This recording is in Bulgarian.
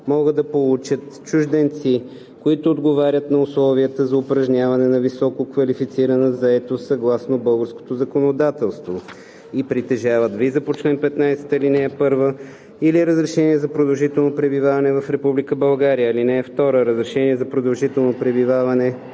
могат да получат чужденци, които отговарят на условията за упражняване на висококвалифицирана заетост съгласно българското законодателство и притежават виза по чл. 15, ал. 1 или разрешение за продължително пребиваване в Република България. (2) Разрешение за продължително пребиваване